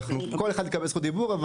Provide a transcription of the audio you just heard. כל אחד יקבל זכות דיבור.